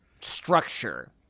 structure